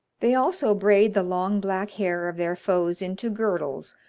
they also braid the long black hair of their foes into girdles,